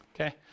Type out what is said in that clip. Okay